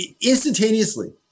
instantaneously